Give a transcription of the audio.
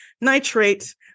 Nitrate